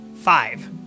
Five